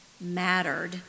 mattered